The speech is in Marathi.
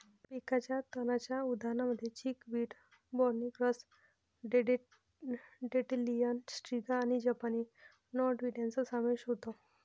पिकाच्या तणांच्या उदाहरणांमध्ये chickweed, barny grass, dandelion, striga आणि जपानी नॉटवीड यांचा समावेश होतो